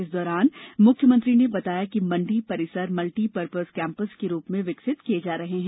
इस दौरान मुख्यमंत्री ने बताया कि मंडी परिसर मल्टीपरपज़ कैंपस के रूप में विकसित किए जा रहे हैं